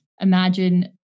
Imagine